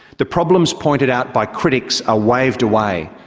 the problems pointed out by critics are waved away,